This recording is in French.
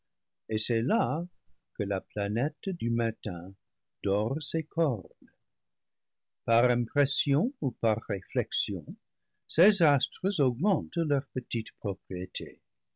et c'est là que la planète du matin dore ses cornes par impression ou par réflexion ces astres augmentent leur petite propriété